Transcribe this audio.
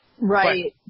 Right